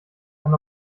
kann